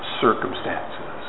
circumstances